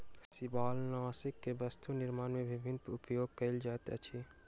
शिवालनाशक के वस्तु निर्माण में विभिन्न उपयोग कयल जाइत अछि